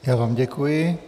Já vám děkuji.